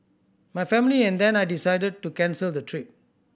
my family and I then decided to cancel the trip